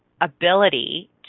ability